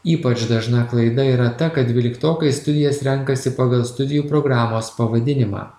ypač dažna klaida yra ta kad dvyliktokai studijas renkasi pagal studijų programos pavadinimą